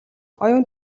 оюун